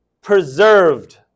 preserved